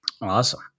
Awesome